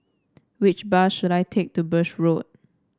which bus should I take to Birch Road